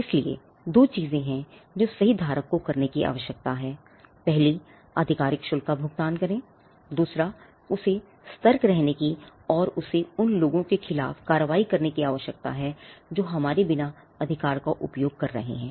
इसलिए 2 चीजें हैं जो सही धारक को करने की आवश्यकता है 1 आधिकारिक शुल्क का भुगतान करें 2 उसे सतर्क रहने की और उसे उन लोगों के खिलाफ कार्रवाई करने की आवश्यकता है जो हमारे बिना अधिकार का उपयोग कर रहे हैं